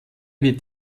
wird